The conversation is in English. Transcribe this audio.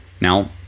Now